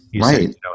Right